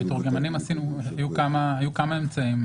עם המתורגמנים היו כמה אמצעים.